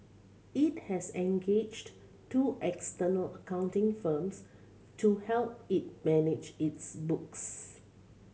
it has engaged two external accounting firms to help it manage its books